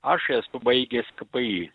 aš esu baigęs kpi